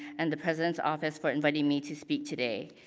and the president's office for inviting me to speak today.